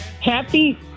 Happy